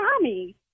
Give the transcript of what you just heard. Tommy